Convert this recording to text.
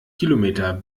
kilometer